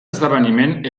esdeveniment